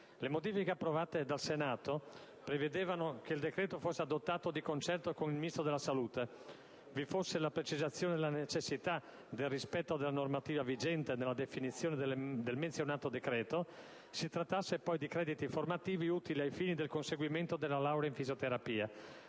Le modifiche approvate dal Senato prevedevano che il decreto fosse adottato di concerto con il Ministro della salute; vi fosse la precisazione della necessità del rispetto della normativa vigente nella definizione del menzionato decreto; si trattasse poi di crediti formativi utili ai fini del conseguimento della laurea in fisioterapia;